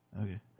Okay